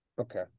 Okay